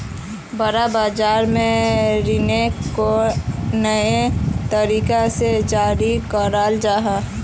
bond बाज़ार में रीनो को नए तरीका से जारी कराल जाहा